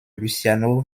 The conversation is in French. luciano